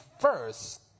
first